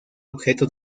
objeto